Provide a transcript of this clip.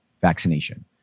vaccination